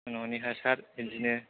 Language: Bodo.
न'नि हासार बिदिनो